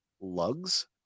lugs